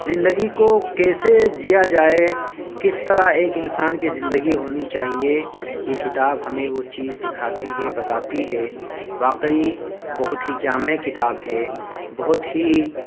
زندگی کو کیسے جیا جائے کس طرح ایک انسان کی زندگی ہونی چاہیے یہ کتاب ہمیں وہ چیز سیکھاتی ہے بتاتی ہے واقعی بہت ہی جامع کتاب ہے بہت ہی